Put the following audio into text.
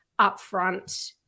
upfront